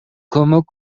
көмөк